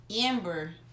Amber